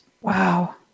Wow